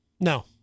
no